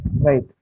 right